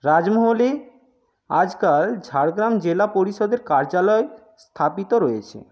রাজমহলে আজকাল ঝাড়গ্রাম জেলা পরিষদের কার্যালয় স্থাপিত রয়েছে